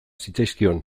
zitzaizkion